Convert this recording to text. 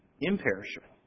imperishable